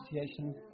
association